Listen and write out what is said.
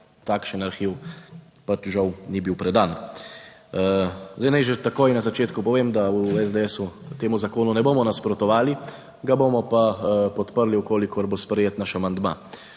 takšen arhiv pač žal ni bil predan. Zdaj naj že takoj na začetku povem, da v SDS temu zakonu ne bomo nasprotovali, ga bomo pa podprli v kolikor bo sprejet naš amandma.